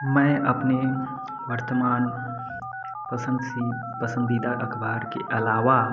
मैं अपने वर्तमान पसंद सी पसंदीदा अख़बार के अलावा